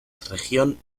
región